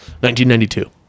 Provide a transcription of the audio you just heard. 1992